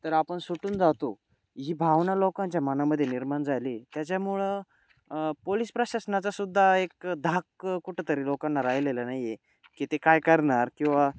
तर आपण सुटून जातो ही भावना लोकांच्या मनामध्ये निर्माण झाली त्याच्यामुळं पोलिस प्रशासनाचासुद्धा एक धाक कुठंतरी लोकांना राहिलेला नाही आहे की ते काय करणार किंवा